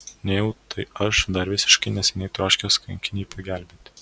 nejau tai aš dar visiškai neseniai troškęs kankinei pagelbėti